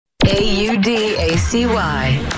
A-U-D-A-C-Y